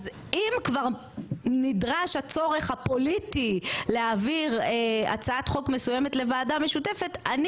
אז אם כבר נדרש הצורך הפוליטי להעביר הצעת חוק מסוימת לוועדה משותפת אני